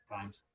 times